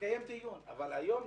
אבל היום,